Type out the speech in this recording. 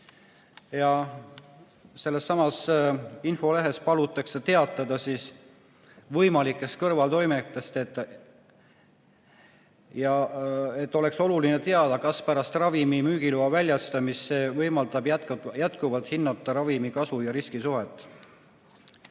Sellessamas infolehes palutakse teatada võimalikest kõrvaltoimetest, st oleks oluline teada, kas pärast ravimi müügiloa väljastamist see võimaldab jätkuvalt hinnata ravimi kasu ja riski suhet.